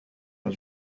was